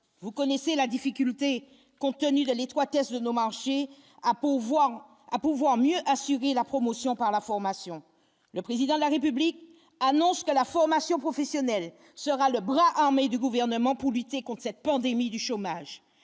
vous connaissez la difficulté contenu de l'étroitesse de nos manches et impôts, voire à pouvoir mieux assurer la promotion par la formation, le président de la République annonce la formation professionnelle sera le bras armé du gouvernement pour lutter contre cette pandémie du chômage,